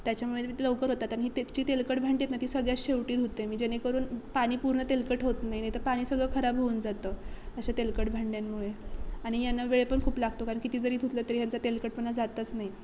त्याच्यामुळे लवकर होतात आणि त्याची तेलकट भांडी नाही ती सगळ्यात शेवटी धुते मी जेणेकरून पाणी पूर्ण तेलकट होत नाही नाही तर पाणी सगळं खराब होऊन जातं अशा तेलकट भांड्यांमुळे आणि यांना वेळ पण खूप लागतो कारण किती जरी धुतलं तरी ह्यात जर तेलकटपणा जातच नाही